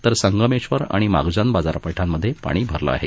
तर संगमेश्वर आणि माखजन बाजारपेठांमध्ये पाणी भरलं आहे